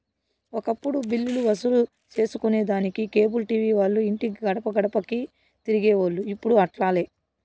ఒకప్పుడు బిల్లులు వసూలు సేసుకొనేదానికి కేబుల్ టీవీ వాల్లు ఇంటి గడపగడపకీ తిరిగేవోల్లు, ఇప్పుడు అట్లాలే